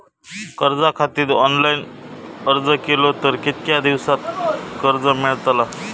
कर्जा खातीत ऑनलाईन अर्ज केलो तर कितक्या दिवसात कर्ज मेलतला?